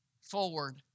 forward